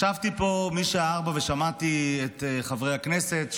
ישבתי פה מהשעה 16:00 ושמעתי את חברי הכנסת,